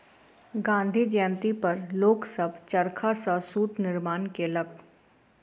गाँधी जयंती पर लोक सभ चरखा सॅ सूत निर्माण केलक